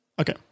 Okay